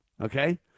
Okay